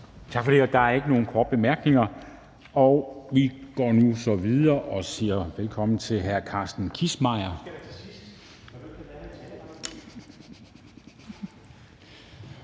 Tak for det. Der er ikke nogen korte bemærkninger, og vi går nu så videre og siger velkommen til hr. Carsten Kissmeyer,